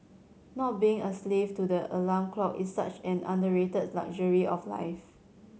not being a slave to the alarm clock is such an underrated luxury of life